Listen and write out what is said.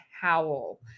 Howell